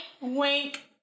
wink